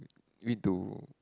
need to